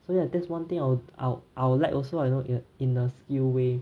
so ya that's one thing I will I wo~ I would like also lah you know in a skill way